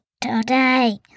today